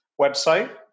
website